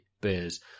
beers